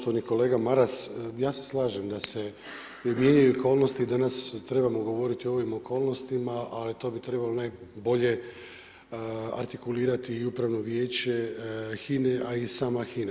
Kolega Maras, ja se slažem da se mijenjaju okolnosti i danas trebamo govoriti o ovim okolnostima, ali to bi trebalo najbolje artikulirati i Upravno vijeće HINA-e, a i sama HINA.